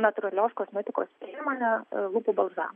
natūralios kosmetikos priemonę lūpų balzamą